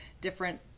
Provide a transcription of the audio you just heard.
different